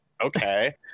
okay